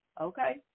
okay